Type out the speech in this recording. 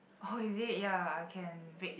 oh is it ya I can wait